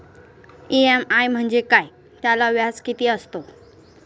EMI म्हणजे काय? त्याला व्याज किती असतो?